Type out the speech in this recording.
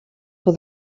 with